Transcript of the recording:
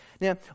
Now